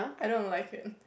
I don't like it